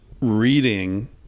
reading